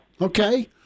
Okay